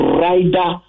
rider